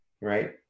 right